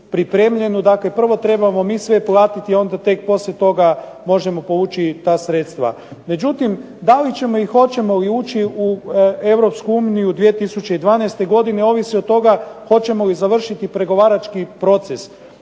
dakle prvo trebamo mi sve platiti, onda tek poslije toga možemo povući ta sredstva. Međutim, da li ćemo i hoćemo li ući u Europsku uniju 2012. godine ovisi od toga hoćemo li završiti pregovarački proces.